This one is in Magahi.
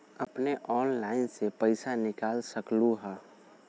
अपने ऑनलाइन से पईसा निकाल सकलहु ह?